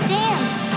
dance